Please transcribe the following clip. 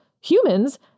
humans